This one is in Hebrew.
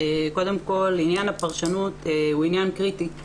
קודם כל עניין הפרשנות הוא עניין קריטי,